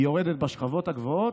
היא יורדת בשכבות הגבוהות?